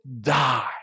die